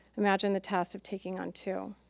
imagine the task of taking on two.